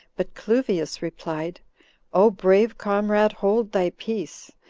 but cluvius replied o brave comrade hold thy peace,